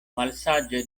malsaĝa